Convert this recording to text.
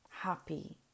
happy